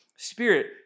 Spirit